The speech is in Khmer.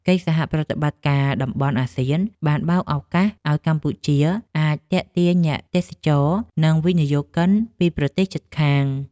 កិច្ចសហប្រតិបត្តិការតំបន់អាស៊ានបានបើកឱកាសឱ្យកម្ពុជាអាចទាក់ទាញអ្នកទេសចរ និងវិនិយោគិនពីប្រទេសជិតខាង។